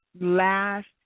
last